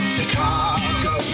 Chicago